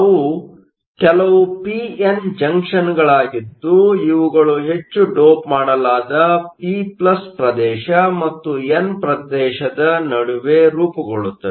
ಅವು ಕೆಲವು P N ಜಂಕ್ಷನ್ಗಳಾಗಿದ್ದು ಇವುಗಳು ಹೆಚ್ಚು ಡೋಪ್ ಮಾಡಲಾದ ಪಿpಪ್ರದೇಶ ಮತ್ತು ಎನ್ ಪ್ರದೇಶದ ನಡುವೆ ರೂಪುಗೊಳ್ಳುತ್ತವೆ